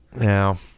Now